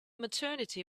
maternity